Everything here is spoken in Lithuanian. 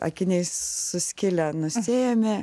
akiniai suskilę nusiėmė